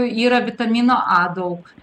yra vitamino a daug